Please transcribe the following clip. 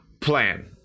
plan